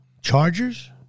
Chargers